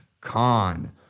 Con